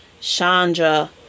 Chandra